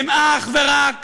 הם אך ורק